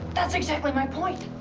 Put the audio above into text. that's exactly my point.